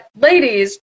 ladies